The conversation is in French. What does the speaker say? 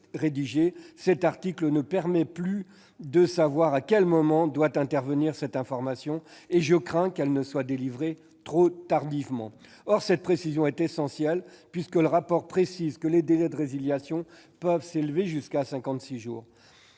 rédigé, l'article concerné ne permet plus de savoir à quel moment doit intervenir cette information. Je crains qu'elle ne soit délivrée trop tardivement. Or cette précision est essentielle, puisque le rapport dispose que les délais de résiliation peuvent s'élever jusqu'à